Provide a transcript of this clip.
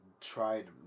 tried